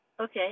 Okay